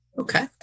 Okay